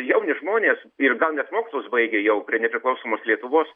jauni žmonės ir gal net mokslus baigę jau prie nepriklausomos lietuvos